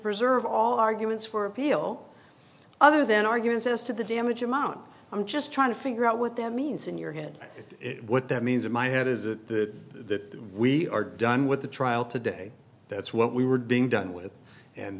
preserve all arguments for appeal other than arguments as to the damage amount i'm just trying to figure out what that means in your head what that means in my head is that that we are done with the trial today that's what we were being done with and